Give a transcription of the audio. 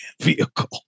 vehicle